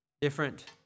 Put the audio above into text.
different